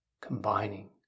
combining